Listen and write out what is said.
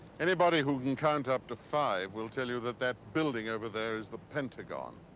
anybody who can count up to five will tell you that that building over there is the pentagon.